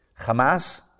Hamas